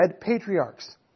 patriarchs